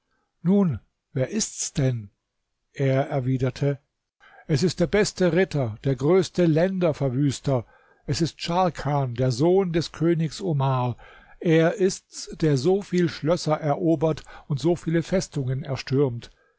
nun wer ist's denn er erwiderte es ist der beste ritter der größte länderverwüster es ist scharkan der sohn des königs omar er ist's der so viel schlösser erobert und so viele festungen erstürmt